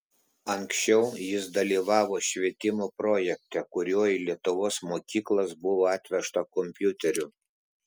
anksčiau jis dalyvavo švietimo projekte kuriuo į lietuvos mokyklas buvo atvežta kompiuterių